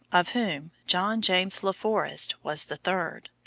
of whom john james la forest was the third.